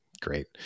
Great